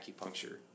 acupuncture